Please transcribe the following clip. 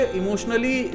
emotionally